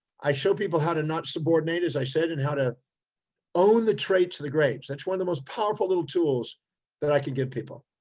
i show people how to not subordinate, as i said, and how to own the traits of the greats. that's one of the most powerful little tools that i can give people.